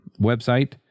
website